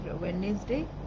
Wednesday